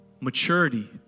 Maturity